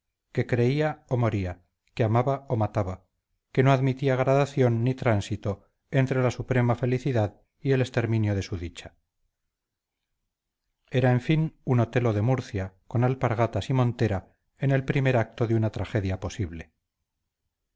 que creía o moría que amaba o mataba que no admitía gradación ni tránsito entre la suprema felicidad y el exterminio de su dicha era en fin un otelo de murcia con alpargatas y montera en el primer acto de una tragedia posible